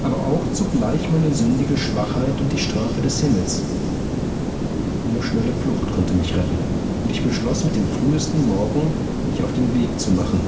aber auch zugleich meine sündige schwachheit und die strafe des himmels nur schnelle flucht konnte mich retten und ich beschloß mit dem frühesten morgen mich auf den weg zu machen